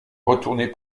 retourner